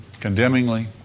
condemningly